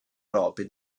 robin